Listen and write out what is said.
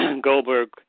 Goldberg